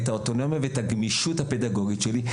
את האוטונומיה ואת הגמישות הפדגוגית שלי.